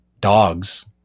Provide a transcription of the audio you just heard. dogs